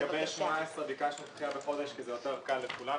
לגבי 18 ביקשנו דחיה בחודש כי זה יותר קל לכולנו.